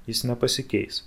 jis nepasikeis